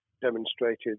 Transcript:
demonstrated